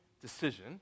decision